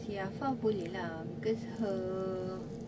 si affaf boleh lah because her